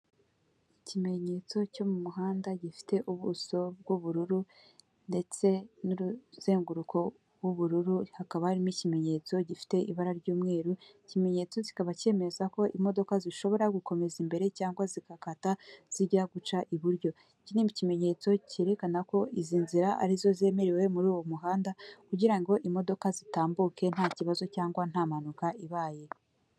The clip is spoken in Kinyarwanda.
Ikimenyetso cyo mu muhanda gifite ubuso bw'ubururu ndetse n'uruzenguruko bw'ubururu hakaba harimo ikimenyetso gifite ibara ry'umweru, ikimenyetso kikaba cyemeza ko imodoka zishobora gukomeza imbere cyangwa zigakata zijya guca iburyo ,iki ni ikimenyetso cyerekana ko izi nzira ari zo zemerewe muri uwo muhanda kugira ngo imodoka zitambuke nta kibazo cyangwa nta mpanuka ibaye.